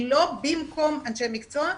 היא לא במקום אנשי מקצוע,